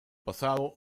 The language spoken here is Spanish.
pasado